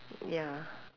ya